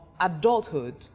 adulthood